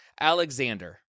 Alexander